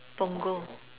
Punggol